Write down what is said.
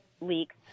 leaks